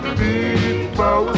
people